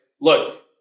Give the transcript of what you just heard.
look